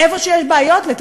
איפה שיש בעיות, לתקן,